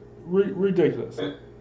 ridiculous